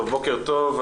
בוקר טוב,